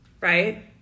Right